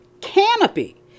canopy